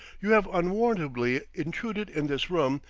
you have unwarrantably intruded in this room,